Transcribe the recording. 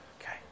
okay